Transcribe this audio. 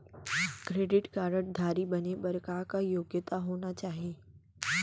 Credit card धारी बने बर का का योग्यता होना चाही?